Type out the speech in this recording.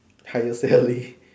tie yourself Lee